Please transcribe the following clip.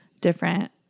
different